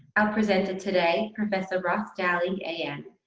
our presenter today, professor ross dowling am,